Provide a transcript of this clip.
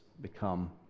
become